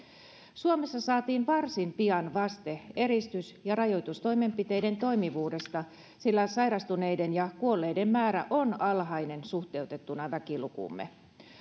suomessa saatiin varsin pian vaste eristys ja rajoitustoimenpiteiden toimivuudesta sillä sairastuneiden ja kuolleiden määrä on alhainen suhteutettuna väkilukuumme